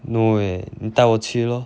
no eh 你带我去 lor